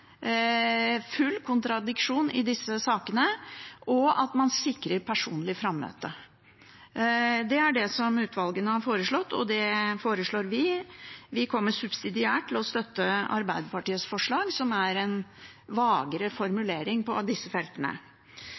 full kontradiksjon i disse sakene, og at man sikrer personlig frammøte. Det er det utvalgene har foreslått, og det foreslår vi. Vi kommer subsidiært til å støtte Arbeiderpartiets forslag, som er en vagere formulering på disse feltene.